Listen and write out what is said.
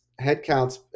headcounts